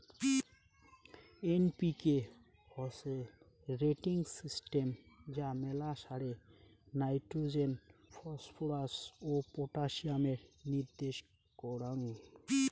NPK হসে rating system যা মেলা সারে নাইট্রোজেন, ফসফরাস ও পটাসিয়ামের নির্দেশ কারাঙ